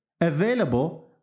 available